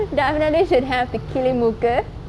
definitely should have the kili mooku mooku